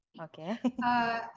Okay